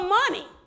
money